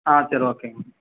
ஆ சரி ஓகேங்க